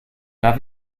darf